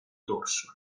dorso